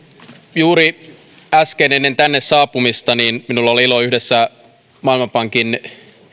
juuri äsken ennen tänne saapumistani minulla oli ilo yhdessä maailmanpankin